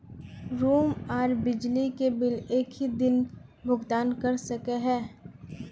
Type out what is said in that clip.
Room आर बिजली के बिल एक हि दिन भुगतान कर सके है?